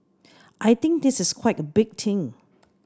I think this is quite a big thing